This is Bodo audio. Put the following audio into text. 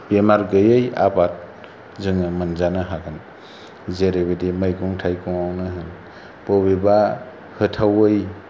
बेमार गैयै आबाद जोङो मोनजानो हागोन जेरैबादि मैगं थाइगङावनो होन बबेबा होथावै